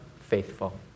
faithful